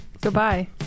Goodbye